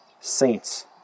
saints